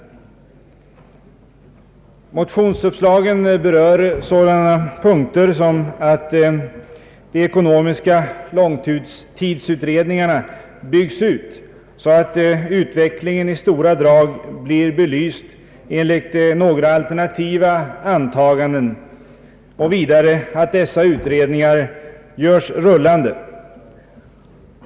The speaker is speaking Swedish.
Motionsuppslagen berör sådana punkter som att de ekonomiska långtidsutredningarna byggs ut, så att utvecklingen i stora drag blir belyst enligt några alternativa antaganden, och vidare att dessa utredningar görs rullande.